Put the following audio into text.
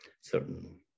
certain